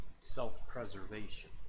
self-preservation